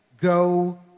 go